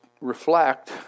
reflect